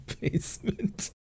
basement